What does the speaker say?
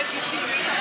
לגיטימית,